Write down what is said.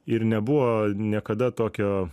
ir nebuvo niekada tokio